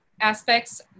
aspects